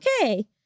okay